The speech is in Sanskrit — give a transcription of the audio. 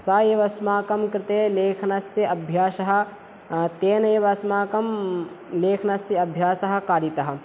सः एव अस्माकम् कृते लेखनस्य अभ्यासः तेन एव अस्माकम् लेखनस्य अभ्यासः कारितः